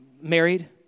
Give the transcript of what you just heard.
married